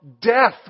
death